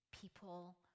People